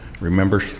remember